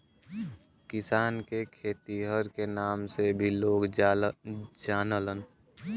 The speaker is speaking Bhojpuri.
किसान के खेतिहर के नाम से भी लोग जानलन